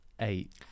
Eight